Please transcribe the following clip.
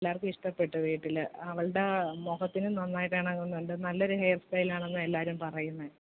എല്ലാവർക്കും ഇഷ്ടപ്പെട്ടു വീട്ടിൽ അവളുടെ മുഖത്തിനും നന്നായിട്ടിണങ്ങുന്നുണ്ട് നല്ലൊരു ഹെയർ സ്റ്റൈലാണെന്നാണ് എല്ലാവരും പറയുന്നത്